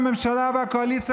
הממשלה והקואליציה,